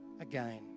again